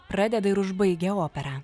pradeda ir užbaigia operą